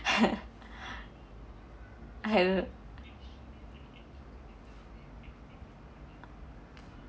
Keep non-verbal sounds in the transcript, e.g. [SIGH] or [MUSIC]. [LAUGHS] I don't